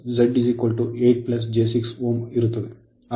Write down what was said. Impedance impedance Z 8 j 6 Ω ಇರುತ್ತದೆ